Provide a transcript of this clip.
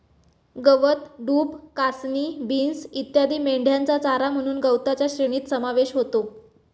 गवत, डूब, कासनी, बीन्स इत्यादी मेंढ्यांचा चारा म्हणून गवताच्या श्रेणीत समावेश होतो